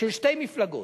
של שתי מפלגות,